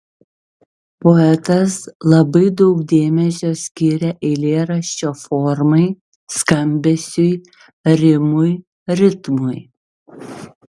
poetas labai daug dėmesio skiria eilėraščio formai skambesiui rimui ritmui